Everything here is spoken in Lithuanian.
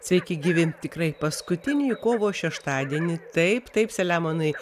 sveiki gyvi tikrai paskutinįjį kovo šeštadienį taip taip saliamonai